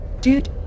Dude